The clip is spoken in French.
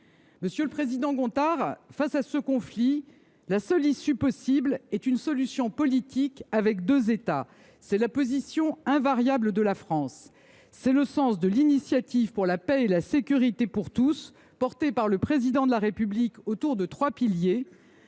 Monsieur le président Gontard, face à ce conflit, la seule issue possible est une solution politique avec deux États. C’est la position invariable de la France. C’est le sens de l’initiative pour la paix et la sécurité pour tous que porte le Président de la République. Cette initiative